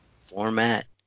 format